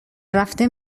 رفته